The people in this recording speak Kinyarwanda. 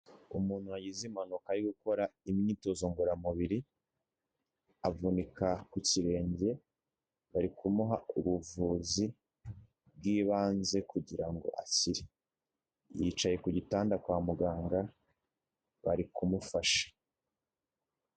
Umuntu wagize impanuka yo gukora imyitozo ngororamubiri avunika ku kirenge bari kumuha ubuvuzi bw'ibanze kugira ngo akire. Yicaye ku gitanda kwa muganga bari kumufasha.